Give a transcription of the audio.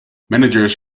managers